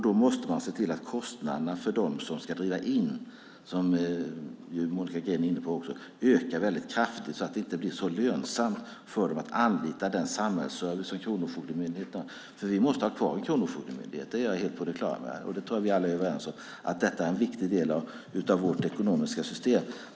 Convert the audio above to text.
Då måste man se till att kostnaderna för dem som ska driva in, som Monica Green också är inne på, ökar väldigt kraftigt, så att det inte blir så lönsamt för dem att anlita den samhällsservice som Kronofogdemyndigheten ger. Vi måste ha kvar en kronofogdemyndighet. Det är jag helt på det klara med. Och jag tror att vi alla är överens om att detta är en viktig del av vårt ekonomiska system.